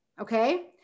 Okay